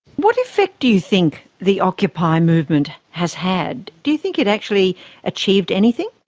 what effect do you think the occupy movement has had? do you think it actually achieved anything?